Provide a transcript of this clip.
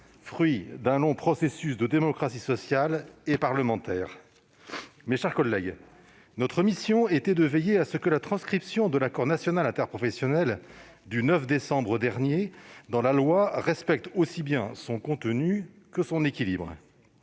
fruit d'un long processus de démocratie sociale et parlementaire. Mes chers collègues, notre mission était de veiller à ce que la transcription dans la loi de l'accord national interprofessionnel (ANI) du 9 décembre dernier respecte aussi bien son contenu que son équilibre.